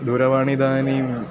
दूरवाण्या इदानीं